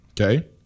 Okay